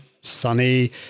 sunny